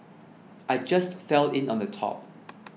I just fell in on the top